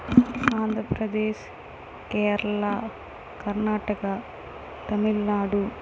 Andhra Pradesh Kerala Karnataka Tamil Nadu